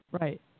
right